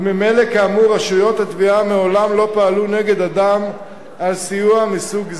וממילא כאמור רשויות התביעה מעולם לא פעלו נגד אדם על סיוע מסוג זה.